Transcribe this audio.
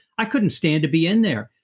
i couldn't stand to be in there.